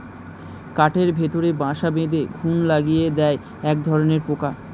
কাঠের ভেতরে বাসা বেঁধে ঘুন লাগিয়ে দেয় একধরনের পোকা